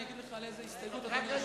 אני אגיד לך על איזו הסתייגות,